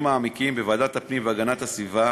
מעמיקים בוועדת הפנים והגנת הסביבה,